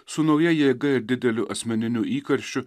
su nauja jėga ir dideliu asmeniniu įkarščiu